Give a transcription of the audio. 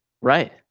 Right